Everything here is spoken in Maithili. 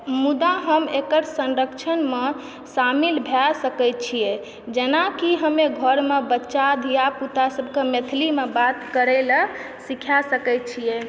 मुदा हम एकर संरक्षणमे शामिल भए सकैत छियै जेना कि हमे घरमे बच्चा धिया पुता सभके मैथिलीमे बात करयलऽ सिखा सकैत छियै